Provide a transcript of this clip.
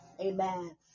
amen